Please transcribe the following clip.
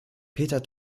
peter